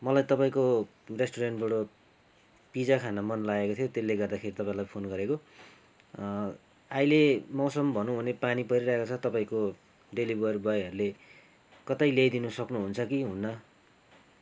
मलाई तपाईँको रेस्टुरेन्टबाट पिजा खानु मनलागेको थियो त्यसले गर्दाखेरि तपाईँलाई फोन गरेको अँ अहिले मौसम भनौँ भने पानी परिरहेको छ तपाईँको डेलिभर बोयहरूले कतै ल्याइदिनु सक्नुहुन्छ कि हुन्न